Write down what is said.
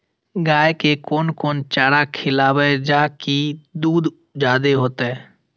गाय के कोन कोन चारा खिलाबे जा की दूध जादे होते?